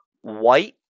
white